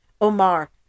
Omar